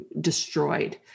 destroyed